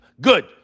good